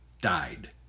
died